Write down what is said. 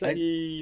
asal